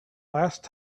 last